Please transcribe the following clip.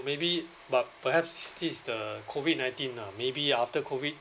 maybe but perhaps this is the COVID nineteen ah maybe after COVID